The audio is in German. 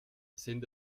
sind